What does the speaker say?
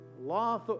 Law